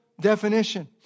definition